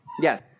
Yes